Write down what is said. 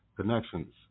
connections